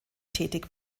tätig